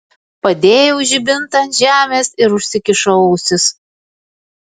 padėjau žibintą ant žemės ir užsikišau ausis